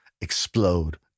Explode